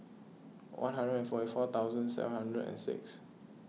one hundred and forty four thousand seven hundred and six